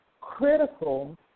critical